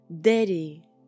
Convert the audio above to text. Daddy